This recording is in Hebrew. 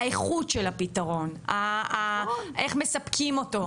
האיכות של הפתרון, איך מספקים אותו.